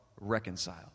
reconciled